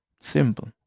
simple